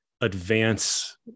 advance